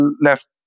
left